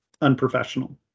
unprofessional